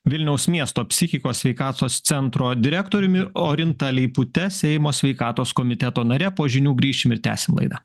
vilniaus miesto psichikos sveikatos centro direktoriumi orinta leipute seimo sveikatos komiteto nare po žinių grįšim ir tęsim laidą